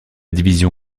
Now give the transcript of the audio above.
division